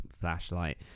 flashlight